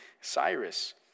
Cyrus